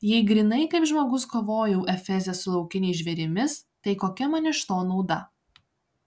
jei grynai kaip žmogus kovojau efeze su laukiniais žvėrimis tai kokia man iš to nauda